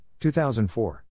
2004